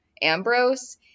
Ambrose